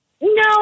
No